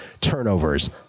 turnovers